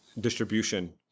distribution